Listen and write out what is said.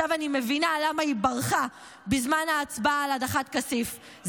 עכשיו אני מבינה למה היא ברחה בזמן ההצבעה על הדחת כסיף,